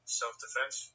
self-defense